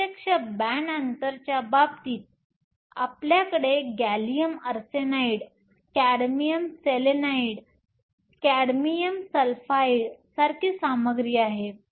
प्रत्यक्ष बॅण्ड अंतरच्या बाबतीत आपल्याकडे gallium arsenide cadmium selenide cadmium sulphide सारखी सामग्री आहे